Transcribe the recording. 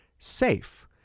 SAFE